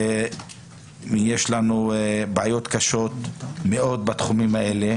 יש לנו בעיות קשות מאוד בתחומים האלה,